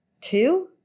two